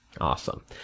Awesome